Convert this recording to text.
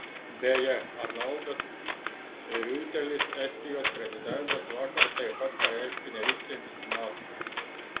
beje arnoldas riuitelis estijos prezidentas vakar taip pat pareiškė nevyksiantis į maskvą